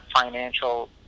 financial